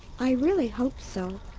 i really hope so.